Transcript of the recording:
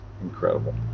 Incredible